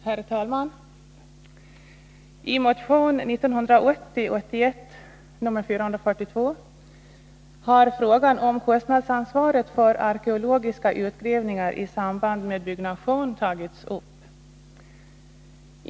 Herr talman! I motion 1980/81:442 har frågan om kostnadsansvaret för arkeologiska utgrävningar i samband med byggnation tagits upp.